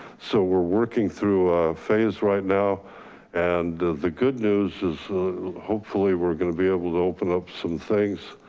so we're working through phase right now and the good news is hopefully we're going to be able to open up some things.